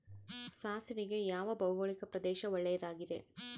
ಸಾಸಿವೆಗೆ ಯಾವ ಭೌಗೋಳಿಕ ಪ್ರದೇಶ ಒಳ್ಳೆಯದಾಗಿದೆ?